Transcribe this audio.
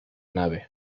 nave